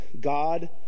God